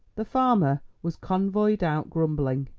the farmer was convoyed out grumbling.